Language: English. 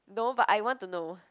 no but I want to know